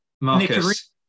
Marcus